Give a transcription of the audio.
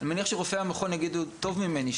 אני מניח שרופא המכון יגיד טוב ממני,